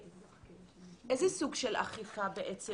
איזה סוג של אכיפה בעצם,